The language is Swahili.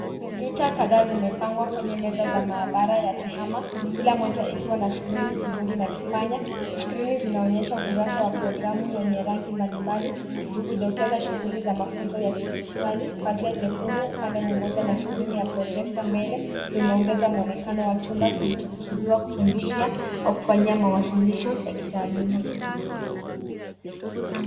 Kompyuta kadhaa zimepangwa kwenye meza za maabara ya tehama kila moja ikiwa na skrini, kibodi na kipanya. Skrini zinaonyesha ukurasa wa programu wenye rangi mbalimbali zikidokeza shughuli za mafunzo ya kidijitali. Pazia jekundu upande mmoja na skrini ya projekta mbele zimeongeza mwonekano wa chumba kilichokusudiwa kufundishia au kufanyia mawasiliano ya kitaaluma.